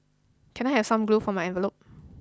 can I have some glue for my envelopes